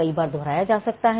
कई बार दोहराया जा सकता है